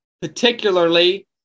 particularly